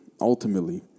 ultimately